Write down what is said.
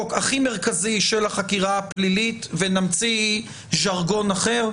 הכי מרכזי של החקירה הפלילית ונמציא ז'רגון אחר?